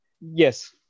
Yes